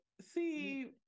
see